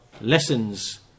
lessons